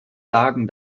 sagen